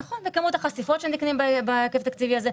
נכון, וכמות החשיפות שנקנות בהיקף התקציבי הזה.